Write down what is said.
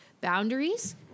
boundaries